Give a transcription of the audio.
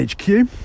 HQ